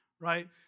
right